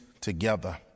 together